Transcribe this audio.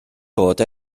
bod